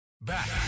Back